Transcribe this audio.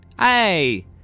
Hey